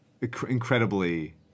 incredibly